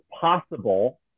possible